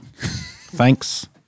thanks